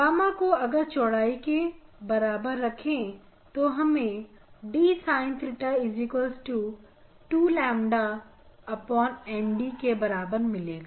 gamma को अगर चौड़ाई के बराबर रखे तो हमें Sin 𝜽 2ƛNd के बराबर मिलेगा